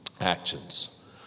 actions